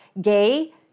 gay